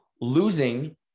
Losing